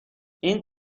این